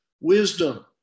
wisdom